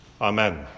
Amen